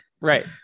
Right